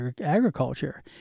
agriculture